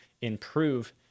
improve